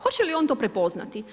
Hoće li on to prepoznati?